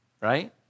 Right